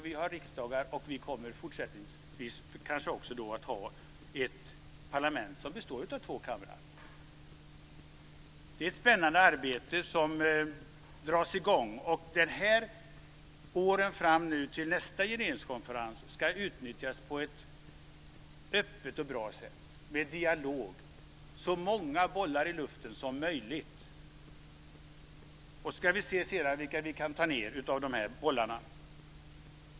Vi har riksdagar, och vi kommer fortsättningsvis kanske också att ha ett parlament som består av två kamrar. Det är ett spännande arbete som dras i gång. Åren fram till nästa regeringskonferens ska utnyttjas på ett öppet och bra sätt, med dialog, så många bollar i luften som möjligt. Sedan får vi se vilka av de här bollarna vi kan ta ned.